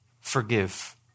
forgive